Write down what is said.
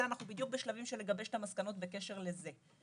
אנחנו בדיוק בשלבים של לגבש את המסקנות בקשר לזה.